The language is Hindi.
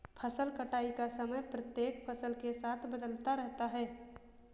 फसल कटाई का समय प्रत्येक फसल के साथ बदलता रहता है